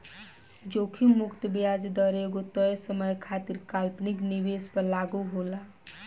जोखिम मुक्त ब्याज दर एगो तय समय खातिर काल्पनिक निवेश पर लागू होला